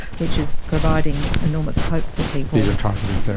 which is providing enormous hope for people. these are targeted